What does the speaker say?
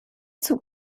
zug